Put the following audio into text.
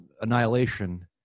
annihilation